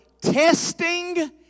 testing